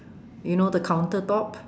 you know the counter top